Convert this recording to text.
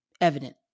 evident